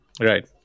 Right